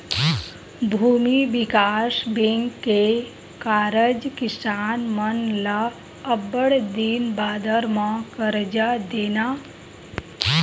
भूमि बिकास बेंक के कारज किसान मन ल अब्बड़ दिन बादर म करजा देना